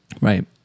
Right